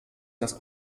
das